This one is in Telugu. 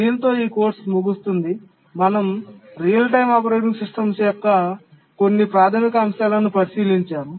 దీనితో ఈ కోర్సు ముగుస్తుంది మనం రియల్ టైమ్ ఆపరేటింగ్ సిస్టమ్స్ యొక్క కొన్ని ప్రాథమిక అంశాలను పరిశీలించాము